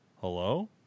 Hello